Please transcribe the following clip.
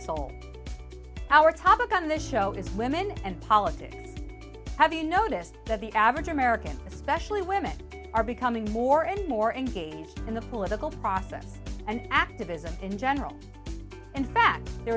our topic on the show and women and politics have you noticed that the average american specially women are becoming more and more engaged in the political process and activism in general in fact there